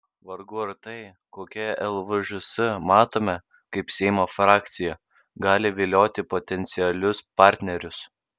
vargu ar tai kokią lvžs matome kaip seimo frakciją gali vilioti potencialius partnerius